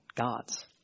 gods